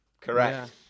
correct